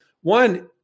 one